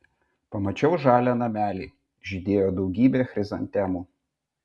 pamačiau žalią namelį žydėjo daugybė chrizantemų